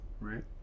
right